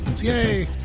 Yay